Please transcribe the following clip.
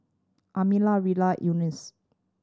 Amalia Rilla Eunice